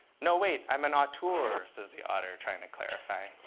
no, wait. i'm an auteur, says the otter, trying to clarify.